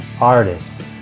artists